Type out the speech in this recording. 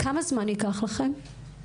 כמה זמן ייקח לכם?